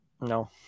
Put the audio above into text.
No